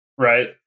Right